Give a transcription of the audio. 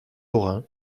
lorin